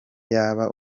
yaba